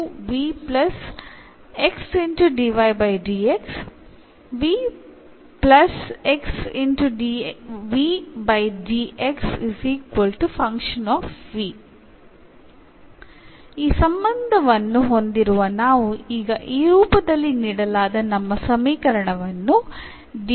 തുടർന്ന് നമുക്ക് ഇതിൽനിന്ന് നേടാം ഈ ബന്ധത്തിൽ നിന്ന് നമുക്ക് അടിസ്ഥാനപരമായി എന്നുണ്ട്